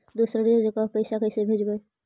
दुसरे जगह पैसा कैसे भेजबै?